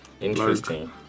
Interesting